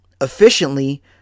efficiently